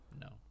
No